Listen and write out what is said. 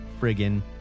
friggin